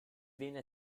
viene